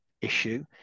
issue